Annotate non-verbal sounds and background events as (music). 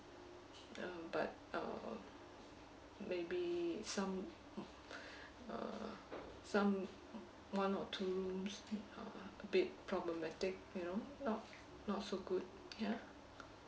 the but um maybe some (breath) uh some one or two rooms uh a bit problematic you know not not so good ya